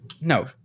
no –